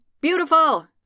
beautiful